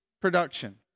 production